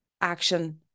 action